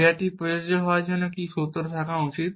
ক্রিয়াটি প্রযোজ্য হওয়ার জন্য কী সূত্র থাকা উচিত